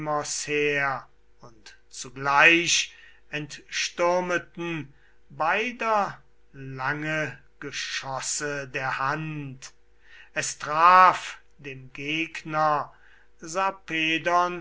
und zugleich entstürmeten beider lange geschosse der hand es traf dem gegner